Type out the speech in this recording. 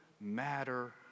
matter